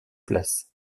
place